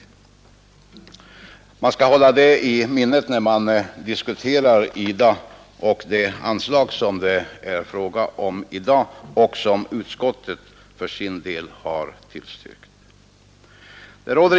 — Man skall hålla det i minnet när man diskuterar IDA och de anslag som det är fråga om i dag och som utskottet för sin del har tillstyrkt.